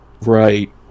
Right